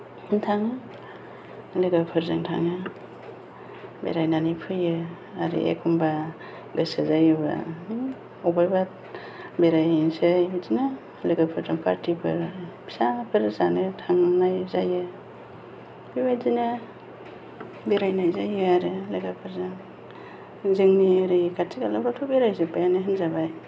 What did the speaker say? थाङो लोगोफोरजों थाङो बेरायनानै फैयो आरो एखम्बा गोसो जायोबा बिदिनो अबायबा बेरायहैनोसै बिदिनो लोगोफोरजों पार्टिफोर फिसाफोर जानो थांनाय जायो बेबायदिनो बेरायनाय जायो आरो लोगोफोरजों जोंनि ओरै खाथि खालाफ्रावथ' बेरायजोब्बायानो होनजाबाय